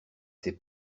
c’est